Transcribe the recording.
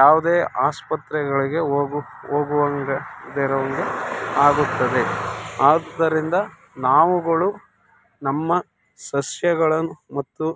ಯಾವುದೇ ಆಸ್ಪತ್ರೆಗಳಿಗೆ ಹೋಗು ಹೋಗುವಂಗೆ ಇಲ್ಲದೇ ಇರುವಂಗೆ ಆಗುತ್ತದೆ ಆದುದರಿಂದ ನಾವುಗಳು ನಮ್ಮ ಸಸ್ಯಗಳನ್ನು ಮತ್ತು